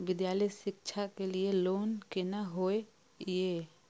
विद्यालय शिक्षा के लिय लोन केना होय ये?